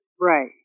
Right